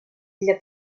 для